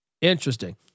Interesting